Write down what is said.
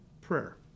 Prayer